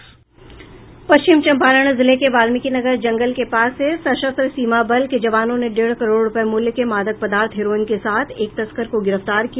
पश्चिम चंपाारण जिले के वाल्मीकिनगर जंगल के पास से सशस्त्र सीमा बल एसएसबी के जवानों ने डेढ़ करोड़ रूपये मूल्य के मादक पदार्थ हेरोइन के साथ एक तस्कर को गिरफ्तार किया